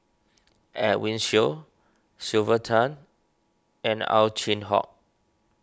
Edwin Siew Sylvia Tan and Ow Chin Hock